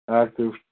active